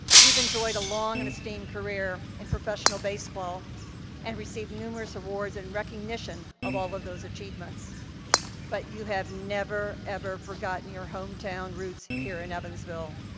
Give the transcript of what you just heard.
you've enjoyed a long and esteemed career in professional baseball and received numerous awards in recognition of all of those achievements but you have never, ever forgotten your hometown roots here in evansville.